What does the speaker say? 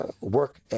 work